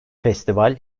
festival